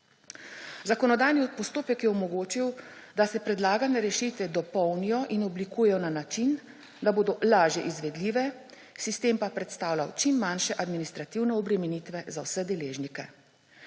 Zakonodajni postopek je omogočil, da se predlagane rešitve dopolnijo in oblikujejo na način, da bodo lažje izvedljive, sistem pa predstavljal čim manjše administrativne obremenitve za vse deležnike.